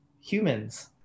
humans